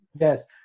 Yes